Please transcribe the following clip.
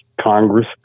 Congress